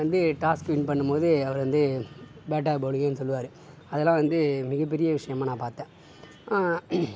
வந்து toss win பண்ணும் போது அவர் வந்து பேட் ஆர் பௌலிங்னு சொல்லுவார் அதெல்லாம் வந்து மிகப்பெரிய விஷயமா நான் பார்த்தேன்